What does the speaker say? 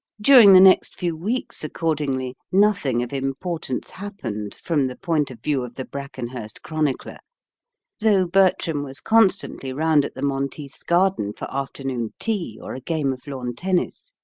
during the next few weeks, accordingly, nothing of importance happened, from the point of view of the brackenhurst chronicler though bertram was constantly round at the monteiths' garden for afternoon tea or a game of lawn-tennis.